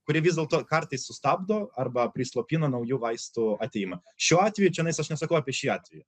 kurie vis dėlto kartais sustabdo arba prislopina naujų vaistų atėjimą šiuo atveju čionais aš nesakau apie šį atvejį